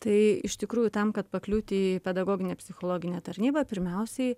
tai iš tikrųjų tam kad pakliūti į pedagoginę psichologinę tarnybą pirmiausiai